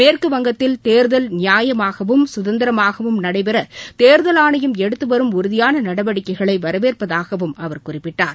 மேற்குவங்கத்தில் தேர்தல் நியாயமாகவும் சுதந்திரமாகவும் நடைபெறதேர்தல் ஆணையம் எடுத்துவரும் உறுதியானநடவடிக்கைகளைவரவேற்பதாகவும் அவர் குறிப்பிட்டார்